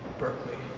berkley.